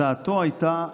הצעתו הייתה: